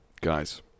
Guys